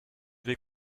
vais